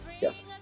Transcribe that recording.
Yes